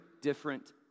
different